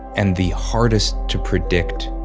and the hardest to predict